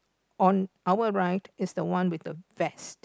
on our right is the one with the vest